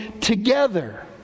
together